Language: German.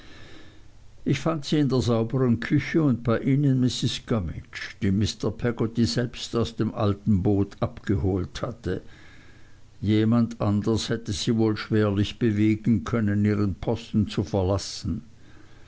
ich fand sie in der saubern küche und bei ihnen mrs gummidge die mr peggotty selbst aus dem alten boot abgeholt hatte jemand anders hätte sie wohl schwerlich bewegen können ihren posten zu verlassen